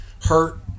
hurt